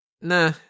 nah